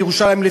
בירושלים,